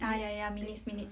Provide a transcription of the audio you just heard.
ah ya ya ya minutes minutes